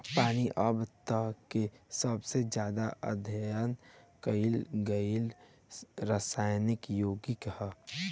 पानी अब तक के सबसे ज्यादा अध्ययन कईल गईल रासायनिक योगिक ह